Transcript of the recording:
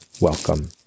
welcome